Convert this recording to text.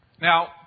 Now